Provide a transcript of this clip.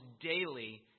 daily